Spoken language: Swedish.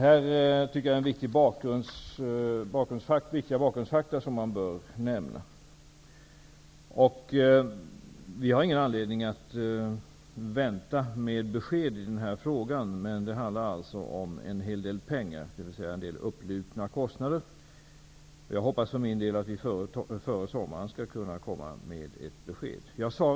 Jag tycker att det här är viktiga bakgrundsfakta som bör nämnas. Vi har ingen anledning att vänta med besked i frågan. Men det handlar alltså om en hel del pengar, dvs. om en hel del upplupna kostnader. Jag för min del hoppas att vi före sommaren skall kunna komma med ett besked.